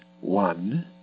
one